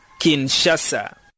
Kinshasa